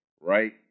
right